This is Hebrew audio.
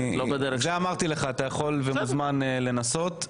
לגבי זה אמרתי לך: אתה יכול ומוזמן לנסות.